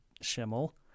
Schimmel